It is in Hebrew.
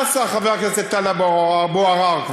מה עשה חבר הכנסת טלב אבו עראר?